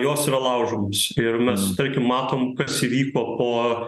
jos yra laužomos ir mes tarkim matom kas įvyko po